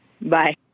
Bye